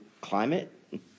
climate